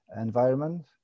environment